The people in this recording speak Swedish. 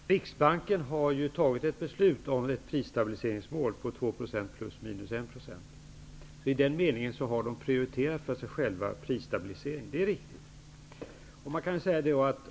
Herr talman! Riksbanken har tagit ett beslut om ett prisstabiliseringsmål om 2 % +-1 %. I den meningen är det riktigt att den själv har prioriterat en prisstabilisering.